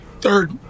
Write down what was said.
third